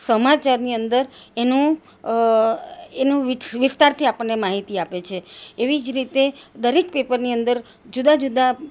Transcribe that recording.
સમાચારની અંદર એનું એનું વિશે વિસ્તારથી આપણને માહિતી આપે છે એવી જ રીતે દરેક પેપરની અંદર જુદા જુદા